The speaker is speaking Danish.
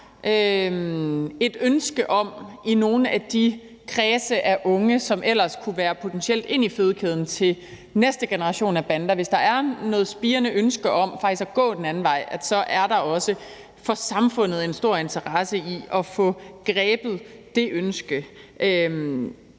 at hvis der i nogle af de kredse af unge, som ellers potentielt kunne komme ind i fødekæden til næste generation af bander, er et spirende ønske om faktisk at gå den anden vej, så er der for samfundet også en stor interesse i at få grebet det ønske.